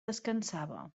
descansava